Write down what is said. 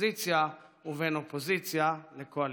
לאופוזיציה ובין אופוזיציה לקואליציה.